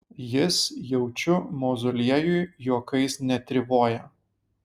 jis jaučiu mauzoliejuj juokais netrivoja